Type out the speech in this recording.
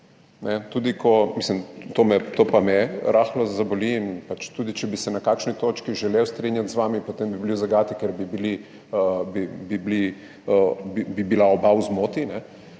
To pa me rahlo zaboli in tudi če bi se na kakšni točki želel strinjati z vami, potem bi bili v zagati, ker bi bila oba v zmoti.